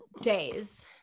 days